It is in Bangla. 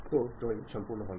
তো ড্রয়িং সম্পন্ন হল